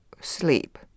sleep